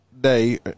day